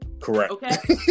Correct